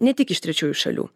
ne tik iš trečiųjų šalių